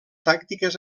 tàctiques